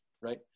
right